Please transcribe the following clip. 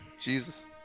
Jesus